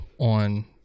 on